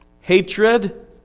Hatred